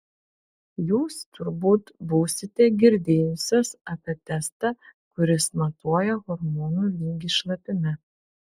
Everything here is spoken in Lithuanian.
jūs turbūt būsite girdėjusios apie testą kuris matuoja hormono lygį šlapime